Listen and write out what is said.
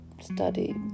study